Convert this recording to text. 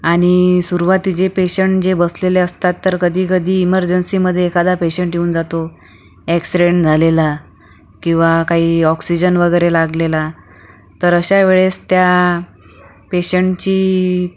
आणि सुरवातीचे पेशंट जे बसलेले असतात तर कधी कधी इमर्जन्सीमध्ये एखादा पेशंट येऊन जातो ॲक्सिरण् झालेला किंवा काही ऑक्सिजन वगैरे लागलेला तर अशा वेळेस त्या पेशंटची